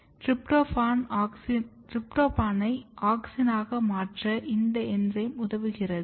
டிரிப்டோபனை ஆக்ஸினாக மாற்ற இந்த என்சைம் உதவுகிறது